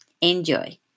Enjoy